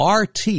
RT